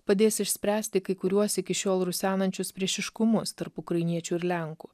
padės išspręsti kai kuriuos iki šiol rusenančius priešiškumus tarp ukrainiečių ir lenkų